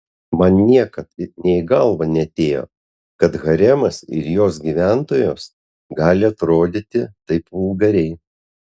man niekad nė į galvą neatėjo kad haremas ir jos gyventojos gali atrodyti taip vulgariai